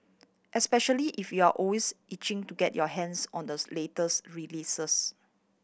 especially if you're always itching to get your hands on the latest releases